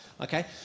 Okay